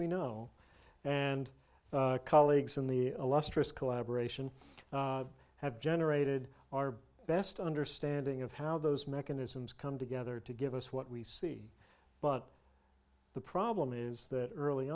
we know and colleagues in the illustrious collaboration have generated our best understanding of how those mechanisms come together to give us what we see but the problem is that early